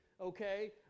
Okay